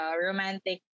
romantic